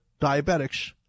diabetics